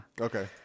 Okay